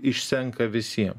išsenka visiem